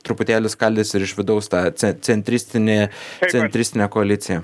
truputėlį skaldys ir iš vidaus tą ce centristinį centristinę koaliciją